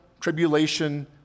tribulation